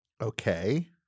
Okay